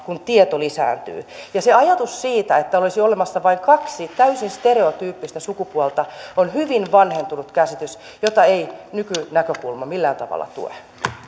kun tieto lisääntyy ja se ajatus siitä että olisi olemassa vain kaksi täysin stereotyyppistä sukupuolta on hyvin vanhentunut käsitys jota ei nykynäkökulma millään tavalla tue